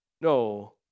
No